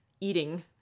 eating